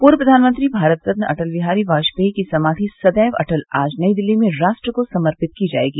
पूर्व प्रधानमंत्री भारतरत्न अटल बिहारी वाजपेयी की समाधि सदैव अटल आज नई दिल्ली में राष्ट्र को समर्पित की जाएगी